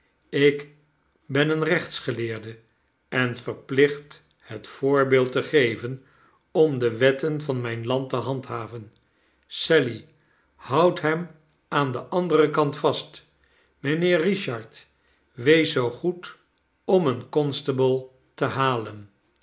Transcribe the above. ik ben een rechtsgeleerde en verplicht het voorbeeld te geven om de wetten van mijn land te handhaven sally houd hem aan den anderen kant vast mijnheer richard wees zoo goed om een constable te halen